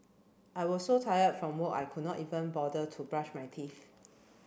I was so tired from work I could not even bother to brush my teeth